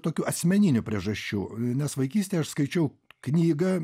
tokių asmeninių priežasčių nes vaikystėj aš skaičiau knygą